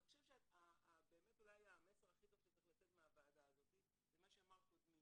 אני חושב שאולי המסר הכי טוב שצריך לצאת מהוועדה הזאת זה מה שאמר קודמי